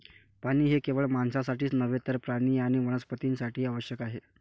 पाणी हे केवळ माणसांसाठीच नव्हे तर प्राणी आणि वनस्पतीं साठीही आवश्यक आहे